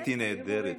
קטי נהדרת.